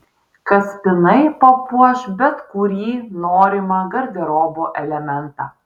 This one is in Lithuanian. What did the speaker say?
kaspinai papuoš bet kurį norimą garderobo elementą